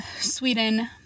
Sweden